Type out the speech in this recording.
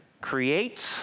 creates